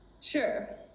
sure